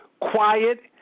quiet